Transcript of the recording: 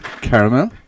caramel